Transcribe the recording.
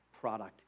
product